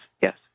yes